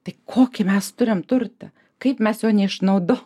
tai kokį mes turim turtą kaip mes jo neišnaudo